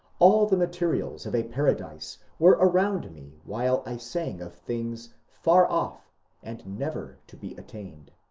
all the materials of a para dise were around me while i sang of things far off and never to be attained.